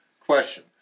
Question